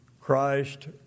Christ